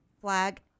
flag